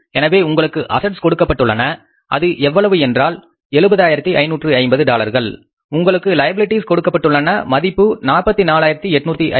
எனவே உங்களுக்கு அசட்ஸ் கொடுக்கப்பட்டுள்ளன அது எவ்வளவு என்றால் 70550 டாலர்கள் உங்களுக்கு லைபிலிட்டிஸ் கொடுக்கப்பட்டுள்ளன மதிப்பு 44850